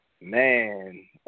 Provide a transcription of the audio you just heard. Man